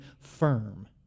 firm